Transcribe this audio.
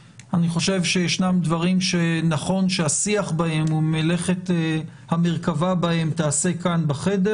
אני חושב שיש דברים שנכון שהשיח ומלאכת המרכבה ייעשו בחדר הזה.